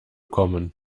kommen